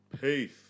peace